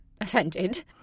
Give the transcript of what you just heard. offended